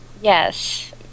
Yes